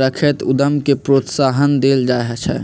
रखैत उद्यम के प्रोत्साहन देल जाइ छइ